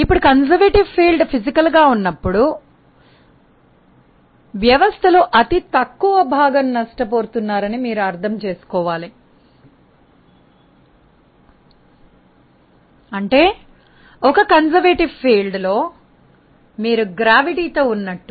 ఇప్పుడు మీరు సంప్రదాయవాద క్షేత్రాన్ని భౌతికంగా కలిగి ఉన్నప్పుడు వ్యవస్థలో అతి తక్కువ భాగం నష్టపోతున్నారని అర్థం అంటే మీరు ఒక సంప్రదాయవాద రంగంలో గురుత్వాకర్షణ శక్తి తో ఉన్నట్టు